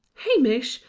hamish,